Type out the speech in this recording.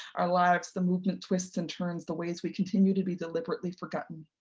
our lives, the movement twists and turns, the ways we continue to be deliberately forgotten.